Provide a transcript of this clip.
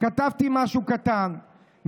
כתבתי משהו קטן,